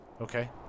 Okay